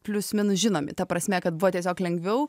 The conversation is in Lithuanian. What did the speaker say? plius minus žinomi ta prasme kad buvo tiesiog lengviau